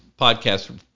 podcast